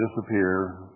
disappear